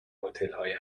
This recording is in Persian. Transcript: هتلهای